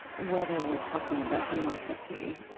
whether we're talking about democracy,